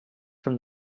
from